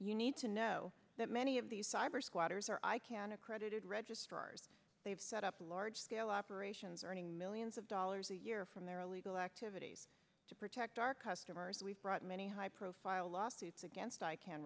you need to know that many of these cyber squatters are icann accredited registrars they've set up large scale operations earning millions of dollars a year from their illegal activities to protect our customers we've brought many high profile lawsuits against ican